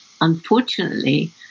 Unfortunately